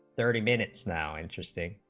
thirty minutes now interested